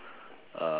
uh